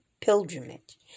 pilgrimage